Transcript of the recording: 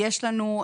יש לנו,